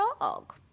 dog